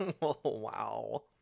wow